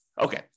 Okay